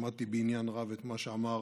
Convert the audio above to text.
שמעתי בעניין רב את מה שאמר